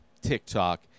TikTok